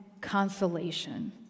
consolation